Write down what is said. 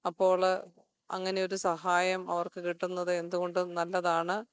അപ്പോള് അങ്ങനെയൊരു സഹായം അവർക്ക് കിട്ടുന്നത് എന്തുകൊണ്ടും നല്ലതാണ്